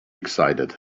excited